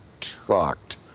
trucked